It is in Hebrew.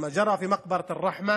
מה שקרה בבית קברות אל-רחמה